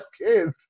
kids